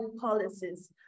policies